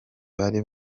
bari